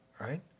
right